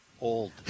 Old